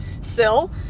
sill